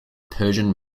persian